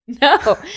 No